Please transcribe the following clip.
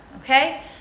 okay